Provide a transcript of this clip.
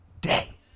day